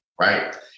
Right